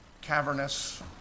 cavernous